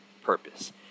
purpose